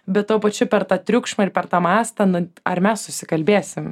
bet tuo pačiu per tą triukšmą ir per tą mąstą ar mes susikalbėsim